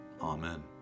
Amen